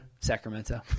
Sacramento